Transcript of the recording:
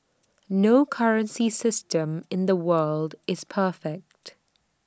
no currency system in the world is perfect